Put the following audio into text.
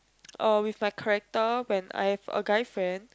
uh with my character when I have a guy friend